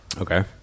Okay